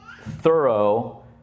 thorough